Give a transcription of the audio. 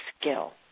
skill